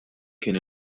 kien